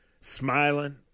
smiling